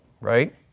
right